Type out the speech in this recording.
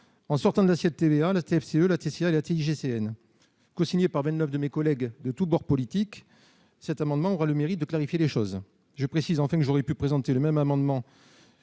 en sortant de l'assiette de TVA la TFCE, la TCA et la TICGN. Cosigné par vingt-neuf de mes collègues de tous bords politiques, cet amendement aura le mérite de clarifier les choses. Je précise, enfin, que j'aurais pu présenter le même amendement